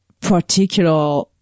particular